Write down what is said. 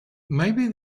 maybe